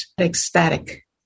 ecstatic